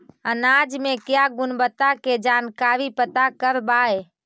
अनाज मे क्या गुणवत्ता के जानकारी पता करबाय?